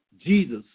Jesus